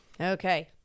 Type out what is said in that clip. okay